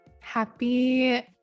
Happy